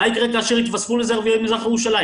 מה יקרה כאשר יתווספו לזה ערביי מזרח ירושלים?